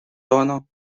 honor